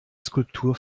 skulptur